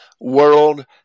world